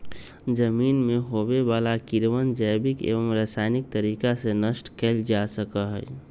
जमीन में होवे वाला कीड़वन जैविक एवं रसायनिक तरीका से नष्ट कइल जा सका हई